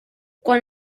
quan